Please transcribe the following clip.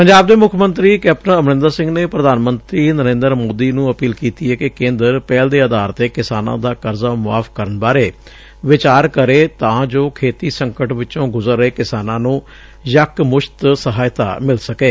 ਪੰਜਾਬ ਦੇ ਮੁੱਖ ਮੰਤਰੀ ਕੈਪਟਨ ਅਮਰਿੰਦਰ ਸਿੰਘ ਨੇ ਪ੍ਧਾਨ ਮੰਤਰੀ ਨਰੇਂਦਰ ਮੋਦੀ ਨੂੰ ਅਪੀਲ ਕੀਤੀ ਏ ਕਿ ਕੇਂਦਰ ਪਹਿਲ ਦੇ ਆਧਾਰ ਤੇ ਕਿਸਾਨਾਂ ਦਾ ਕਰਜ਼ਾ ਮੁਆਫ਼ ਕਰਨ ਬਾਰੇ ਵਿਚਾਰ ਕਰੇ ਤਾਂ ਜੋ ਖੇਤੀ ਸੰਕਟ ਚੋਂ ਗੁਜ਼ਰ ਰਹੇ ਕਿਸਾਨਾਂ ਨੂੰ ਯਕਮੁਸ਼ਤ ਸਹਾਇਤਾ ਮਿਲ ਸਕੇ